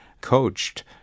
coached